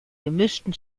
gemischten